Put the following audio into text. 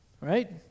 right